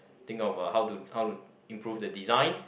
think of uh how to how to improve the design